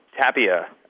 Tapia